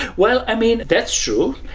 well, i mean that's true.